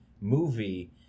movie